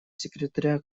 секретаря